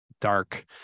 dark